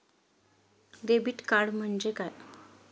Debit card म्हणजे काय?